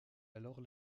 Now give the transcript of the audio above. alors